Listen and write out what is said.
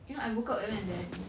you know I woke up earlier than daddy